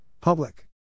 Public